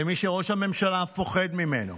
למי שראש הממשלה פוחד ממנו.